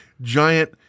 giant